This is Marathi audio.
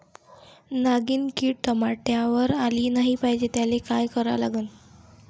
नागिन किड टमाट्यावर आली नाही पाहिजे त्याले काय करा लागन?